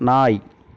நாய்